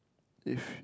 if